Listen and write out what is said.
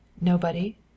Nobody